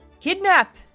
Kidnap